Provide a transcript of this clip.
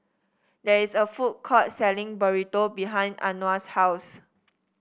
there is a food court selling Burrito behind Anwar's house